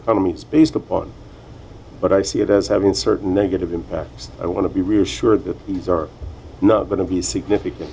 economy is based upon but i see it as having a certain negative impact i want to be reassured that these are not going to be significant